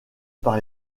par